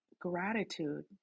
gratitude